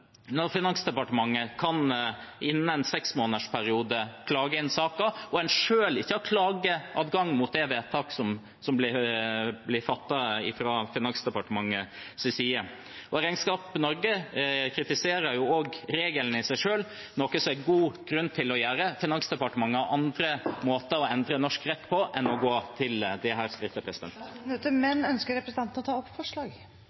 en seksmånedersperiode kan klage inn saken og en selv ikke har klageadgang mot det vedtaket som ble fattet fra Finansdepartementets side. Regnskap Norge kritiserer også regelen i seg selv, noe det er god grunn til å gjøre. Finansdepartementet har andre måter å endre norsk rett på enn å gå til dette skrittet.